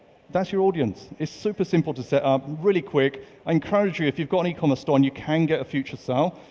that's your audience. it's super simple to set up, really quick. i encourage you, if you've got an ecommerce store and you can get a future sell,